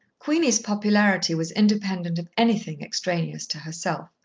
queenie's popularity was independent of anything extraneous to herself.